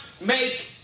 make